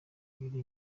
biri